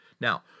Now